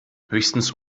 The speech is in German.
höchstens